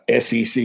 SEC